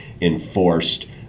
enforced